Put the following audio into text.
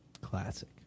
Classic